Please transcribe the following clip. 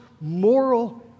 moral